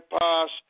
past